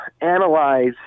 analyze